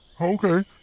Okay